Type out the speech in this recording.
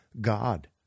God